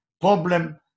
problem